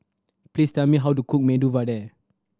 please tell me how to cook Medu Vada